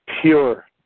pure